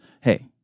Hey